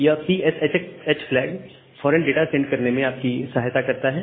यह PSH flag फौरन data send करने में आपकी सहायता करता है